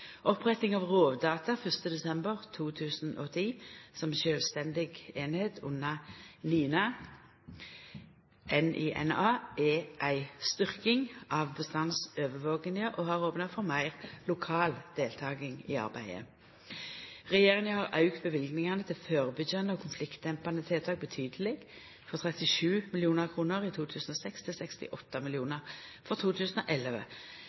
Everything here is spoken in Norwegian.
av erstatningsordningane. Opprettinga av Rovdata 1. desember 2010 som ei sjølvstendig eining under NINA er ei styrking av bestandsovervakinga og har opna for meir lokal deltaking i arbeidet. Regjeringa har auka løyvingane til førebyggjande og konfliktdempande tiltak betydeleg, frå 37 mill. kr i 2006 til 68 mill. kr for 2011.